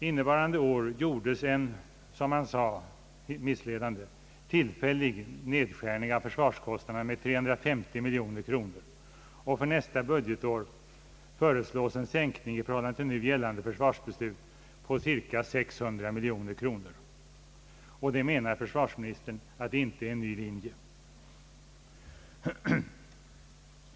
Innevarande år gjordes en — som man helt missledande sade tillfällig — nedskärning av försvarskostnaderna med 350 miljoner kronor, och för nästa budgetår föreslås en sänkning i förhållande till nu gällande försvarsbeslut på cirka 600 miljoner kronor. Och försvarsministern menar att det inte är en ny linje!